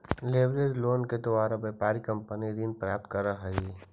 leverage loan के द्वारा व्यापारिक कंपनी ऋण प्राप्त करऽ हई